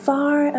Far